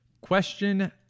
question